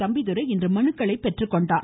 தம்பிதுரை இன்று மனுக்களை பெற்றுக்கொண்டார்